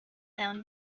down